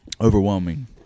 overwhelming